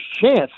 chance